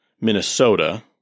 Minnesota